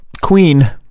queen